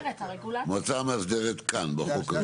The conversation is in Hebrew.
המועצה המאסדרת כאן בחוק הזה.